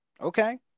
Okay